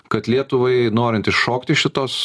kad lietuvai norint iššokti iš šitos